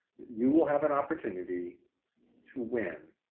you will have an opportunity to win